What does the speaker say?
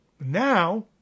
Now